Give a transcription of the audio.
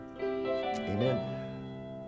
Amen